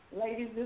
ladies